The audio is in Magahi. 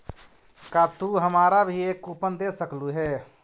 का तू हमारा भी एक कूपन दे सकलू हे